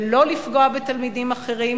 ולא לפגוע בתלמידים אחרים.